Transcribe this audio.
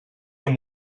amb